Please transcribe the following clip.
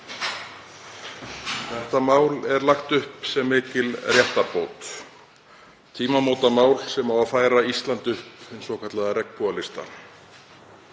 Þetta mál er lagt upp sem mikil réttarbót, tímamótamál sem færa á Ísland upp hinn svokallaða regnbogalista.